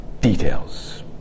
details